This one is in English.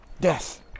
death